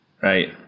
Right